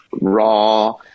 raw